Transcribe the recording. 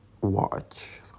watch